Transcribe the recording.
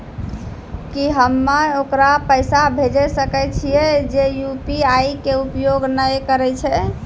की हम्मय ओकरा पैसा भेजै सकय छियै जे यु.पी.आई के उपयोग नए करे छै?